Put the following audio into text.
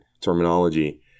terminology